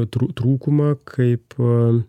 trū trūkumą kaip